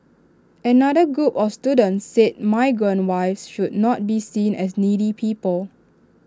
another group of students said migrant wives should not be seen as needy people